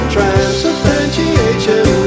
Transubstantiation